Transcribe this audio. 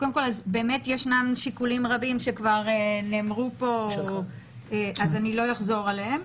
יש שיקולים רבים שכבר נאמרו פה אז אני לא אחזור עליהם.